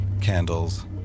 Candles